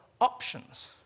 options